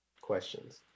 questions